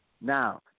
Now